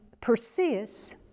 persists